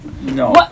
No